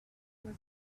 was